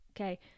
okay